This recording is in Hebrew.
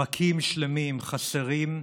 פרקים שלמים חסרים,